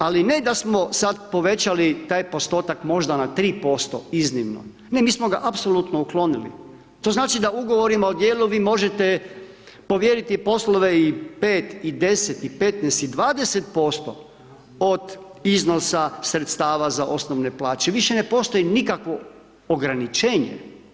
Ali ne da smo sad povećati taj postotak možda na 3% iznimno, ne mi smo ga apsolutno uklonili, to znači da ugovorima o djelu vi možete povjeriti i poslove i 5 i 10 i 15 i 20% od iznosa sredstava za osnovne plaće, više ne postoji nikakvo ograničenje.